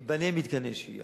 וייבנו מתקני שהייה,